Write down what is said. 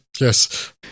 yes